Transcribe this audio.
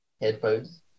headphones